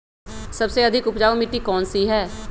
सबसे अधिक उपजाऊ मिट्टी कौन सी हैं?